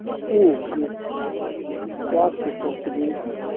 ꯎꯝ ꯒ꯭ꯌꯥꯁꯀꯤ ꯁ꯭ꯇꯣꯞꯇꯨꯗꯤ